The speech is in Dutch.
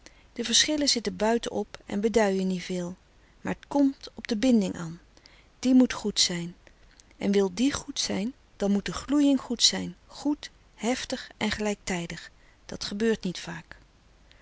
de verschillen zitten buiten op en beduijen niet veel maar t komt op de binding an die moet goed frederik van eeden van de koele meren des doods zijn en wil die goed zijn dan moet de gloeying goed zijn goed heftig en gelijktijdig dat gebeurt niet vaak